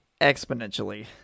exponentially